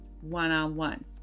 one-on-one